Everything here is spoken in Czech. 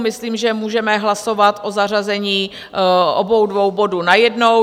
Myslím, že můžeme hlasovat o zařazení obou dvou bodů najednou.